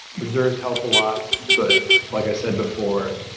reserves help a lot, but like i said before,